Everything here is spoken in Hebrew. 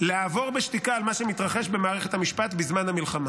לעבור בשתיקה על מה שמתרחש במערכת המשפט בזמן המלחמה.